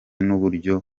n’uburyo